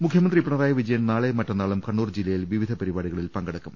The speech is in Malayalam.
മുഖ്യമന്ത്രി പിണറായി വിജയൻ നാളെയും മറ്റന്നാളും കണ്ണൂർ ജില്ലയിൽ വിവിധ പരിപാടികളിൽ പങ്കെടുക്കും